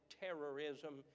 terrorism